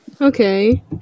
Okay